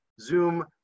Zoom